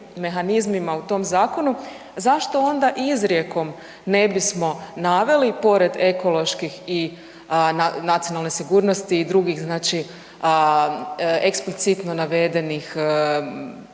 mehanizmima u tom zakonu, zašto onda izrijekom ne bismo naveli pored ekoloških i nacionalne sigurnosti i drugih eksplicitno navedenih